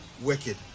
wicked